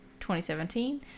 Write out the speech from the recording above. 2017